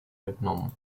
jednom